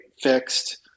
fixed